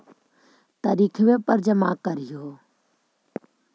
तरिखवे पर जमा करहिओ?